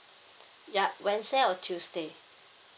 yup wednesday or tuesday